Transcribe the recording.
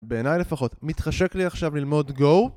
בעיניי לפחות, מתחשק לי עכשיו ללמוד גו